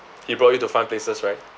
he brought you to fun places right